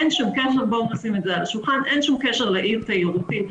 אין שום קשר לאי תיירותי,